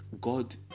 God